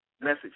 message